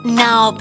now